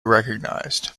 recognised